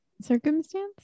Circumstance